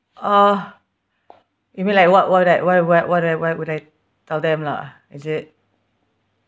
uh you mean like what what would I why what what I what would I tell them lah is it